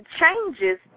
changes